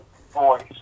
voice